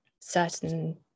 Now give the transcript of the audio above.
certain